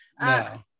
no